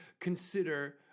consider